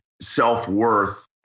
self-worth